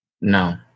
No